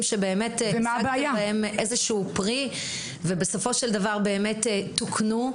שנשאו פרי ובסופו של דבר באמת תוקנו.